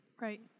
Right